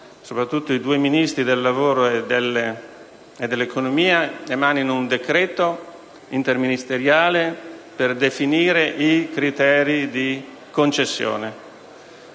segnatamente i Ministri del lavoro e dell'economia emanino un decreto interministeriale per definire i criteri di concessione.